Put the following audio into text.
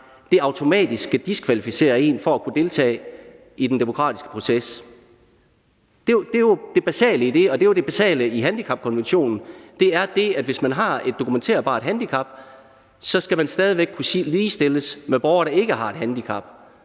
automatisk skal diskvalificere en fra at kunne deltage i den demokratiske proces. Det er jo det basale i det, og det er det basale i handicapkonventionen, nemlig at hvis man har et dokumenterbart handicap, skal man stadig væk kunne ligestilles med borgere, der ikke har et handicap.